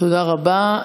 תודה רבה.